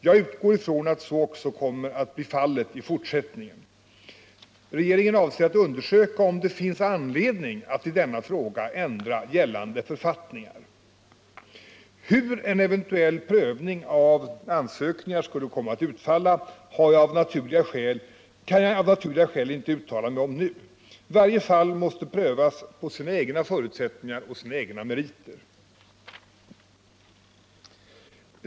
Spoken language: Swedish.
Jag utgår ifrån att så också kommer att bli fallet i fortsättningen. Regeringen avser att undersöka om det finns anledning att i denna fråga ändra gällande författningar. Hur en eventuell prövning av ansökningar skulle komma att utfalla kan jag av naturliga skäl inte uttala mig om nu. Varje fall måste prövas på sina egna förutsättningar och sina egna meriter.